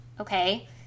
okay